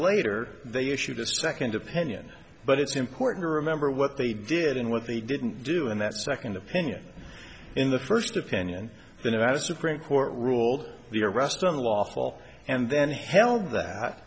later they issued a second opinion but it's important to remember what they did and what they didn't do and that second opinion in the first opinion the nevada supreme court ruled the arrest unlawful and then held that